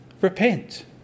repent